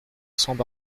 cents